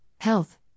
health